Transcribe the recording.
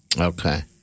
Okay